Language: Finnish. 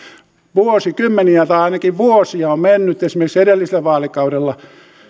vuosikymmeniä tai ainakin vuosia on mennyt esimerkiksi edellisellä vaalikaudella